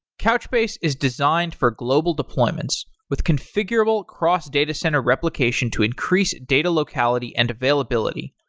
couchbase is designed for global deployments with configurable cross data center replication to increase data locality and availability.